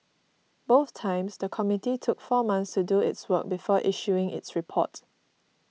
both times the committee took four months to do its work before issuing its report